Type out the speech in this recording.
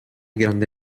grande